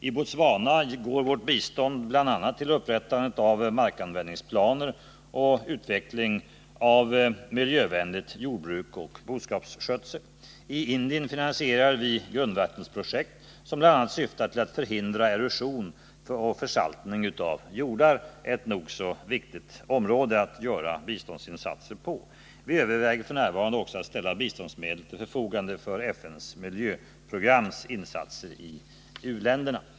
I Botswana går vårt bistånd bl.a. till upprättandet av markanvändningsplaner och till utveckling av miljövänligt jordbruk och miljövänlig boskapsskötsel. I Indien finansierar vi grundvattensprojekt som bl.a. syftar till att förhindra erosion och försaltning av jordar — ett nog så viktigt område att göra biståndsinsatser på. Vi överväger f. n. att också ställa biståndsmedel till förfogande för FN:s miljöprograms insatser i u-länderna.